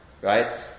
right